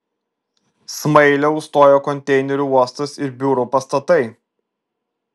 smailę užstojo konteinerių uostas ir biurų pastatai